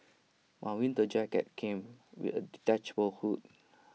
my winter jacket came with A detachable hood